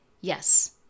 Yes